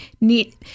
need